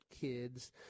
kids